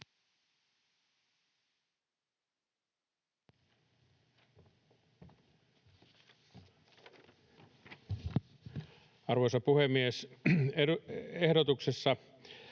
Arvoisa puhemies, kiitoksia!